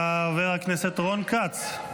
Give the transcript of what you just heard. חבר הכנסת רון כץ.